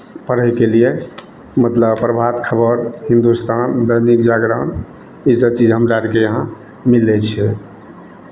पढ़यके लिए मतलब प्रभात खबर हिन्दुस्तान दैनिक जागरण इसभ चीज हमरा अरके यहाँ मिलै छै